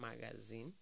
magazine